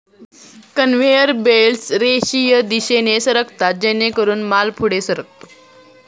conveyor belts रेषीय दिशेने सरकतात जेणेकरून माल पुढे सरकतो